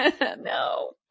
no